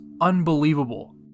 unbelievable